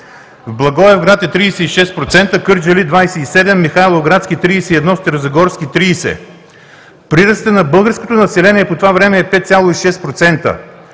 Благоевград е 36%, Кърджали – 27%, Михайловградски – 31%, Старозагорски – 30%. Прирастът на българското население по това време е 5,6%.